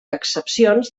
excepcions